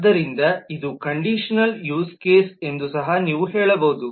ಆದ್ದರಿಂದ ಇದು conditional use case ಎಂದು ಸಹ ನೀವು ಹೇಳಬಹುದು